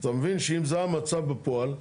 אתה מבין שאם זה המצב בפועל,